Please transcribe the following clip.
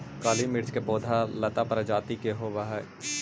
काली मिर्च के पौधा लता प्रजाति के होवऽ हइ